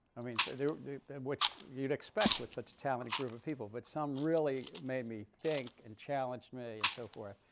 i mean so and which you'd expect with such a talented group of people. but some really made me think and challenged me and so forth.